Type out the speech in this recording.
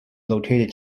located